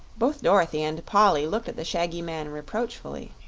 both dorothy and polly looked at the shaggy man reproachfully.